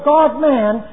God-man